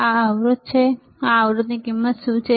આ અવરોધ છે આ હવે આ અવરોધની યોગ્ય કિંમત શું છે